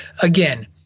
again